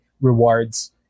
rewards